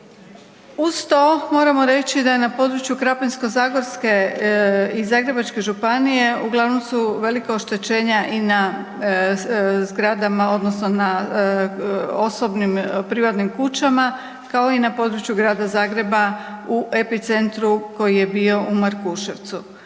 Uz to, moramo reći da je na području Krapinsko-zagorske i Zagrebačke županije uglavnom su velika oštećenja i na zgradama, odnosno na osobnim i privatnim kućama, kao i na području Grada Zagreba u epicentru koji je bio u Markuševcu.